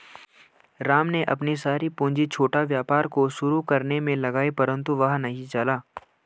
राम ने अपनी सारी पूंजी छोटा व्यापार को शुरू करने मे लगाई परन्तु वह नहीं चला